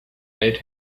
made